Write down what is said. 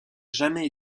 jamais